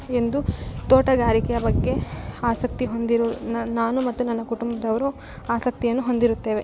ಎಂದು ತೋಟಗಾರಿಕೆಯ ಬಗ್ಗೆ ಆಸಕ್ತಿ ಹೊಂದಿರೊ ನಾನು ಮತ್ತು ನನ್ನ ಕುಟುಂಬದವ್ರು ಆಸಕ್ತಿಯನ್ನು ಹೊಂದಿರುತ್ತೇವೆ